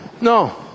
No